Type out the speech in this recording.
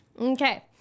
Okay